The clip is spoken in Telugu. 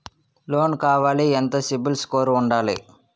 లోన్ కావాలి ఎంత సిబిల్ స్కోర్ ఉండాలి?